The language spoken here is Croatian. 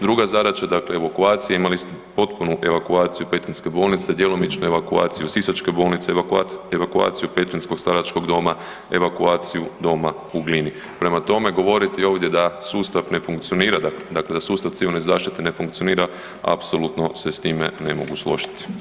Druga zadaća evakuacija imali ste potpunu evakuaciju petrinjske bolnice, djelomičnu evakuaciju sisačke bolnice, evakuaciju petrinjskog staračkog doma, evakuaciju doma u Glini, prema tome govoriti ovdje da sustav ne funkcionira da sustav civilne zaštite ne funkcionira apsolutno se s time ne mogu složiti.